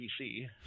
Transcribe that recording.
PC